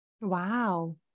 Wow